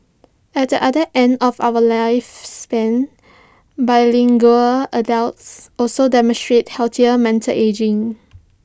at the other end of our lifespan bilingual adults also demonstrate healthier mental ageing